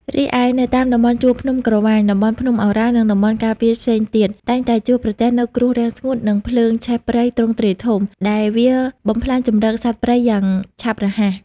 រីឯនៅតាមតំបន់ជួរភ្នំក្រវាញ តំបន់ភ្នំឱរ៉ាល់ និងតំបន់ការពារផ្សេងទៀត តែងតែជួបប្រទះនូវគ្រោះរាំងស្ងួត និងភ្លើងឆេះព្រៃទ្រង់ទ្រាយធំ ដែលវាបំផ្លាញជម្រកសត្វព្រៃយ៉ាងឆាប់រហ័ស។